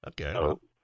Okay